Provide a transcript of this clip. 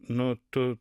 nu tu